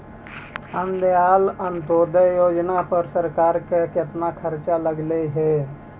दीनदयाल अंत्योदय योजना पर सरकार का कितना खर्चा लगलई हे